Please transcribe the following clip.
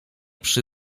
przy